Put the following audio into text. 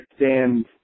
understand